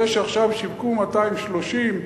זה שעכשיו שיווקו 230,